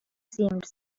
seemed